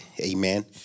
Amen